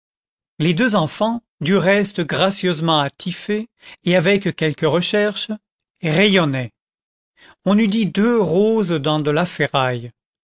les deux enfants du reste gracieusement attifées et avec quelque recherche rayonnaient on eût dit deux roses dans de la ferraille